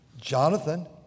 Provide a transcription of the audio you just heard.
Jonathan